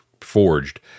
forged